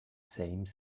same